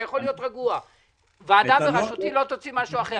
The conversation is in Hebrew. סעיף 46 הוא מנגנון יחסית חריג בחקיקה.